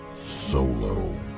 solo